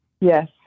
Yes